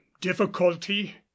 difficulty